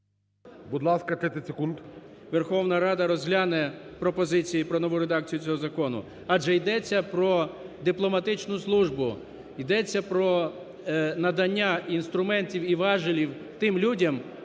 Будь ласка, 30 секунд. ТАРАСЮК Б.І. …Верховна Рада розгляне пропозиції про нову редакцію цього закону. Адже йдеться про дипломатичну службу, йдеться про надання інструментів і важелів тим людям,